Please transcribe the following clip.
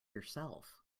yourself